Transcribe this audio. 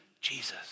Jesus